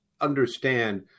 understand –